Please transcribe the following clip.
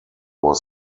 was